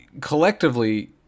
collectively